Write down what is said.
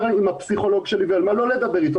עם הפסיכולוג שלי ועל מה לא לדבר איתו.